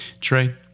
Trey